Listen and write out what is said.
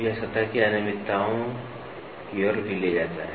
यह सतह की अनियमितताओं की ओर भी ले जाता है